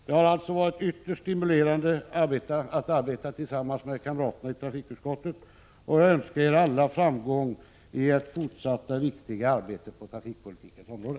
Det har varit ytterst stimulerande att arbeta tillsammans med kamraterna i trafikutskottet, och jag önskar er alla framgång i ert fortsatta viktiga arbete på trafikpolitikens område.